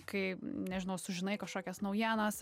kai nežinau sužinai kažkokias naujienas